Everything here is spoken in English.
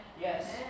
Yes